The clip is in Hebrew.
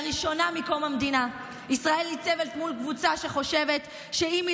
לראשונה מקום המדינה ישראל ניצבת מול קבוצה שחושבת שאם היא